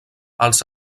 els